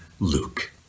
Luke